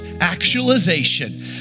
actualization